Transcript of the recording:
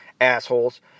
assholes